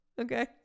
Okay